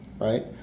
right